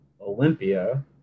Olympia